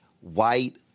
white